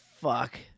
fuck